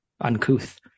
uncouth